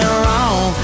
wrong